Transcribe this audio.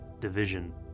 division